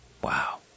Wow